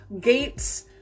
gates